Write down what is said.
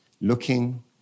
looking